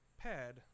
pad